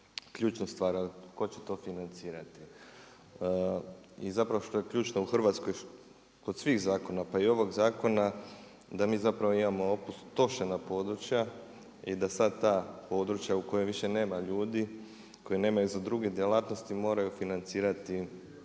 ključnu stvar ali tko će to financirati. I zapravo što je ključno u Hrvatskoj kod svih zakona pa i kod ovog zakona da mi zapravo imamo opustošena područja i da sada ta područja u kojima više nema ljudi, koji nemaju za druge djelatnosti moraju financirati